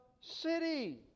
city